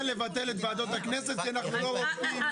לבטל את ועדות הכנסת כי אנחנו לא רופאים,